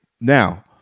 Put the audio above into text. Now